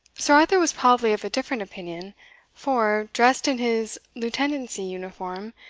sir arthur was probably of a different opinion for, dressed in his lieutenancy uniform,